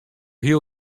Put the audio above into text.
heel